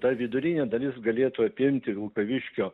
ta vidurinė dalis galėtų apimti vilkaviškio